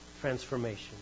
transformation